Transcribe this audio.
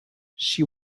she